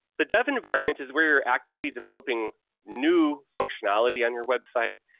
the dev environment is where you're actively developing new functionality on your website,